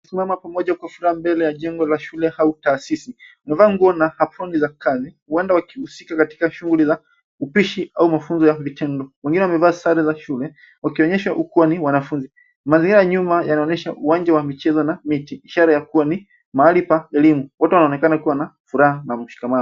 Wamesimama pamoja kwa furaha mbele ya jengo la shule au taasisi. Wamevaa nguo na aproni za kazi, huenda wakihusika katika shughuli za upishi au mafunzo ya vitendo. Wengine wamevaa sare za shule, wakionyesha kuwa ni wanafunzi. Mazingira ya nyuma yanaonyesha uwanja wa michezo na miti, ishara ya kuwa ni mahali pa elimu. Watu wanaonekana kuwa na furaha na mshikamano.